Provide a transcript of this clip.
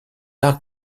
arc